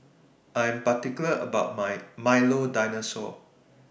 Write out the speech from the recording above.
I Am particular about My Milo Dinosaur